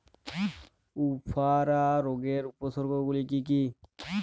উফরা রোগের উপসর্গগুলি কি কি?